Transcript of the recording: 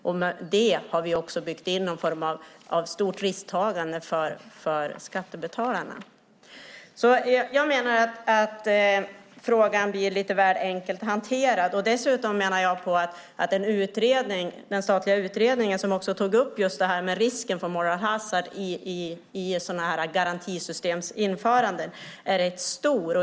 Därmed har vi byggt in en form av stort risktagande för skattebetalarna. Jag menar att frågan blir lite väl enkelt hanterad. Dessutom menar jag att den statliga utredning som tog upp det här med risken för moral hazard vid sådana här garantisystems införande är rätt stor.